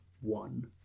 one